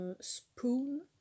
Spoon